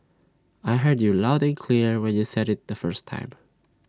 I heard you loud and clear when you said IT the first time